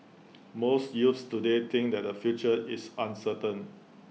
most youths today think that their future is uncertain